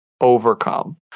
overcome